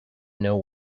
know